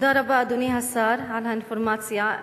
תודה רבה, אדוני השר, על האינפורמציה.